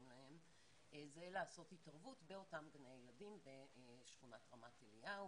להם זה לעשות התערבות באותם גני ילדים בשכונת רמת אליהו.